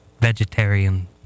vegetarian